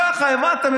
ככה, הבנתם?